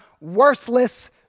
worthless